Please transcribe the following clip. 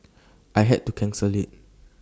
I had to cancel IT